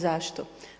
Zašto?